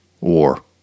war